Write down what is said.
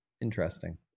Interesting